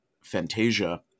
Fantasia